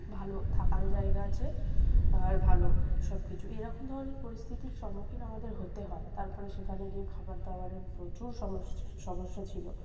ভালো থাকারও জায়গা আছে আর ভালো সব কিছু এরকম ধরনের পরিস্থিতির সম্মুখীন আমাদের হতে হয় তার পরে সেখানে গিয়ে খাবার দাবারের প্রচুর সমস্যা ছিল